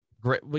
Great